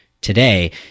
today